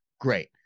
great